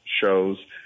shows